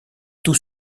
tout